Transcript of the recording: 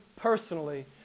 personally